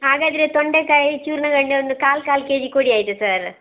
ಹಾಗಾದರೆ ತೊಂಡೆಕಾಯಿ ಚೂರ್ಣಗಡ್ಡೆ ಒಂದು ಕಾಲು ಕಾಲು ಕೆಜಿ ಕೊಡಿ ಆಯ್ತಾ ಸರ್